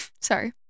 sorry